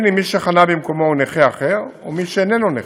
אם מי שחנה במקומו הוא נכה אחר או מי שאיננו נכה.